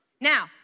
Now